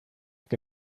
que